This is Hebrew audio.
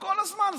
כל הזמן.